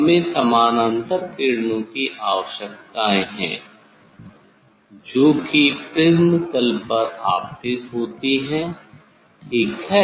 हमें समानांतर किरणों की आवश्यकताए है जोकि प्रिज़्म तल पर आपतित होती है ठीक है